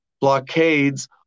blockades